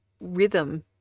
rhythm